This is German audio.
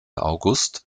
august